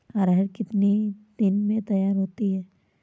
अरहर कितनी दिन में तैयार होती है?